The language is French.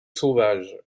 sauvages